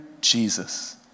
Jesus